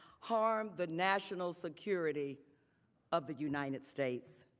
harmed the national security of the united states.